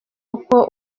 uko